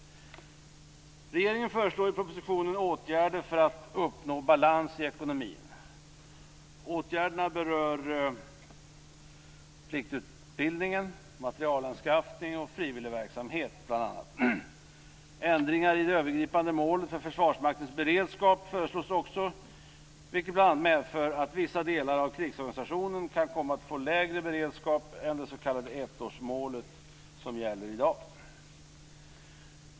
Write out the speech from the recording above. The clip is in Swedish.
Regeringen föreslår i propositionen åtgärder för att uppnå balans i ekonomin. Åtgärderna berör bl.a. pliktutbildning, materialanskaffning och frivilligverksamhet. Ändringar i det övergripande målet för Försvarsmaktens beredskap föreslås också, vilket bl.a. medför att vissa delar av krigsorganisationen kan komma att få lägre beredskap än det s.k. ettårsmålet som gäller i dag.